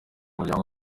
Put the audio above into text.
muryango